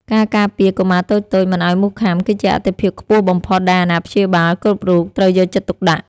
ការការពារកុមារតូចៗមិនឱ្យមូសខាំគឺជាអាទិភាពខ្ពស់បំផុតដែលអាណាព្យាបាលគ្រប់រូបត្រូវយកចិត្តទុកដាក់។